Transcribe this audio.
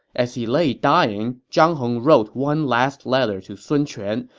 as he lay dying, zhang hong wrote one last letter to sun quan,